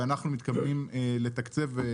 ואנחנו מתכוונים לתקצב,